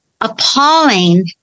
appalling